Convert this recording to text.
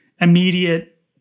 immediate